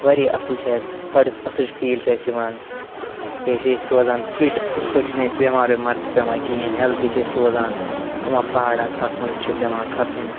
واریاہ اصٕل چھِ اسہِ بَڑٕ اصٕل فیٖل چھُ اسہِ یِوان بیٚیہِ چھِ أسۍ روزان فِٹ یِتھ پٲٹھۍ چھِنہٕ أسۍ بیٚمار ویٚمار تہِ پیٚوان کِہیٖنۍ ہیٚلدی چھِ أسۍ روزان یِمَن پہاڑَن کھسُن چھُ پیٚوان کھسُن